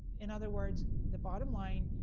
in other words, the bottom line,